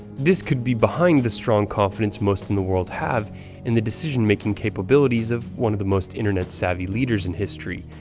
this could be behind the strong confidence most in the world have in the decision-making capabilities of one of the most internet-savvy leaders in history,